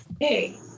hey